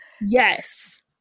Yes